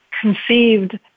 conceived